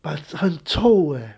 but 很臭 leh